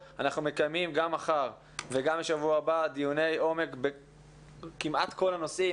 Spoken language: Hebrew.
גם בשבוע הבא יש לנו דיוני עומק כמעט בכל הנושאים,